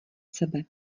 sebe